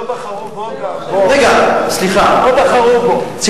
אה, לא בחרו בו, בחרו, לא בחרו בו, רגע, סליחה.